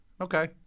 Okay